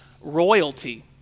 royalty